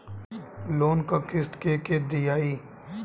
Loan क किस्त के के दियाई?